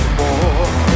more